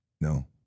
No